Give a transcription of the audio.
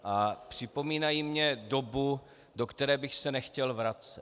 A připomínají mi dobu, do které bych se nechtěl vracet.